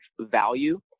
value